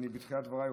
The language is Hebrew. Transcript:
בתחילת הדברים,